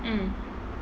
mm